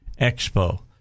Expo